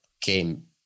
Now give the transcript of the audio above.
came